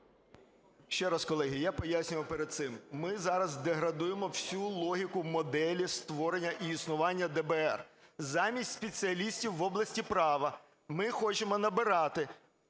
Ще раз, колеги, я пояснював перед цим. Ми зараз деградуємо всю логіку моделі створення і існування ДБР. Замість спеціалістів в області права, ми хочемо набирати